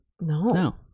no